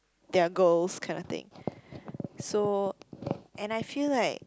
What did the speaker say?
their goals kinda thing so and I feel like